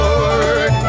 Lord